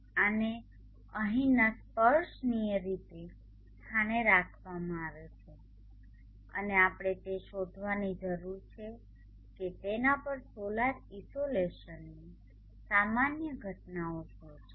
આને અહીંના સ્પર્શનીય રીતે સ્થાને રાખવામાં આવે છે અને આપણે તે શોધવાની જરૂર છે કે તેના પર સોલાર ઇસોલેશનની સામાન્ય ઘટનાઓ શું છે